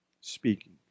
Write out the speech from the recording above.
speaking